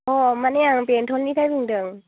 मानि आं बेंथलनिफ्राय बुंदों